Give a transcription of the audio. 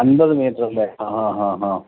അമ്പത് മീറ്റർ അല്ലെ ആ ആ ആ